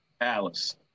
Alice